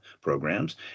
programs